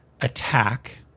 attack